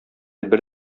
бер